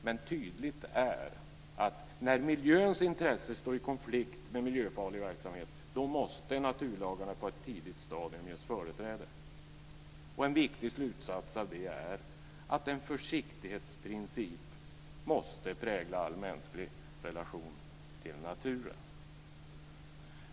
Men tydligt är att när miljöns intresse står i konflikt med miljöfarlig verksamhet måste naturlagarna på ett tidigt stadium ges företräde. En viktig slutsats av det är att en försiktighetsprincip måste prägla all mänsklig relation till naturen.